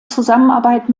zusammenarbeit